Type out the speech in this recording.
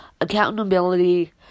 accountability